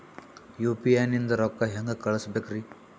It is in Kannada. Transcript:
ಯು.ಪಿ.ಐ ನಿಂದ ರೊಕ್ಕ ಹೆಂಗ ಕಳಸಬೇಕ್ರಿ?